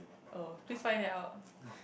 oh please find that out